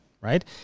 right